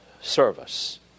service